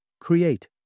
Create